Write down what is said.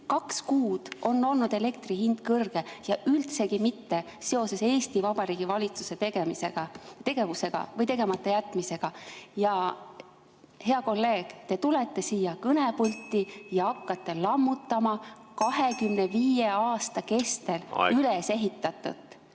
kaks kuud on olnud elektri hind kõrge ja üldsegi mitte seoses Eesti Vabariigi valitsuse tegevusega või tegematajätmisega. Hea kolleeg, te tulete siia kõnepulti ja hakkate lammutama 25 aasta kestel ülesehitatut.